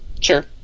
Sure